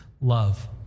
love